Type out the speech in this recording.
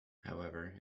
however